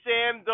Sam